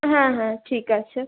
হ্যাঁ হ্যাঁ ঠিক আছে